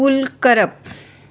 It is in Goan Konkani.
कबूल करप